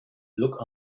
look